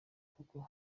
kuko